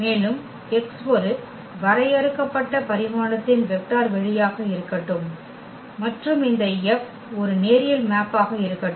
மேலும் X ஒரு வரையறுக்கப்பட்ட பரிமாணத்தின் வெக்டர் வெளியாக இருக்கட்டும் மற்றும் இந்த F ஒரு நேரியல் மேப்பாக இருக்கட்டும்